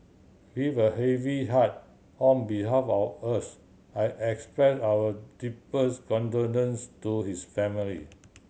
with a heavy heart on behalf of all of us I express our deepest condolence to his family